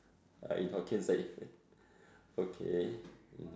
like in Hokkien say okay